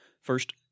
First